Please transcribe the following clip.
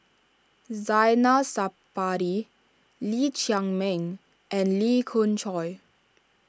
Zainal Sapari Lee Chiaw Meng and Lee Khoon Choy